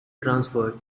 transferred